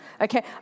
Okay